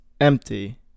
empty